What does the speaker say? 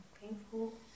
painful